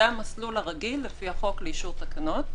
זה המסלול הרגיל לפי החוק לאישור תקנות.